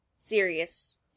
serious